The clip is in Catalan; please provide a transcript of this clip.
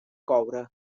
coure